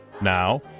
Now